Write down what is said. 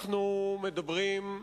אנחנו מדברים,